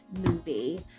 movie